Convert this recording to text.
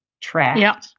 track